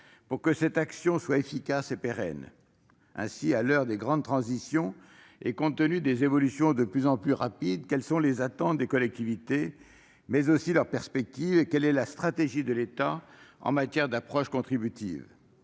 pour que cette action soit efficace et pérenne. Ainsi, à l'heure des grandes transitions et compte tenu des évolutions de plus en plus rapides, quelles sont les attentes des collectivités, mais aussi leurs perspectives ? Quelle est, par ailleurs, la stratégie de l'État en matière d'approche contributive